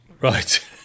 Right